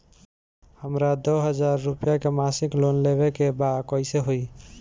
हमरा दो हज़ार रुपया के मासिक लोन लेवे के बा कइसे होई?